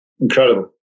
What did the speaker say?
incredible